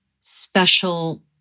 special